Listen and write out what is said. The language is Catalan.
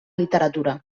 literatura